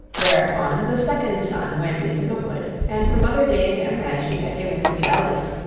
thereupon the second son went into the wood, and the mother gave him, as she had given to the eldest,